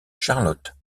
charlotte